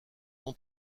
nom